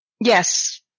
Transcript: yes